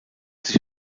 sich